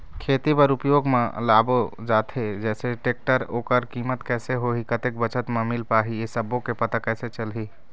खेती बर उपयोग मा लाबो जाथे जैसे टेक्टर ओकर कीमत कैसे होही कतेक बचत मा मिल पाही ये सब्बो के पता कैसे चलही?